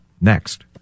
next